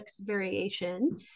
variation